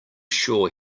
sure